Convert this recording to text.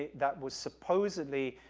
that was supposedly,